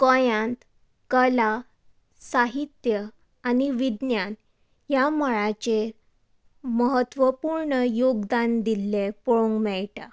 गोंयांत कला साहित्य आनी विज्ञान ह्या मळाचेर महत्वपूर्ण योगदान दिल्लें पळोवंक मेळटा